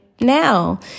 now